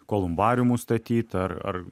kolumbariumus statyt ar ar